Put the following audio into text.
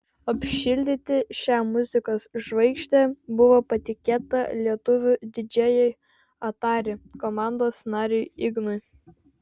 apšildyti šią muzikos žvaigždę buvo patikėta lietuviui didžėjui atari komandos nariui ignui